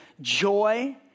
joy